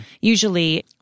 Usually